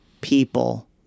people